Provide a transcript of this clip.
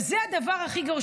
וזה הדבר הכי גרוע.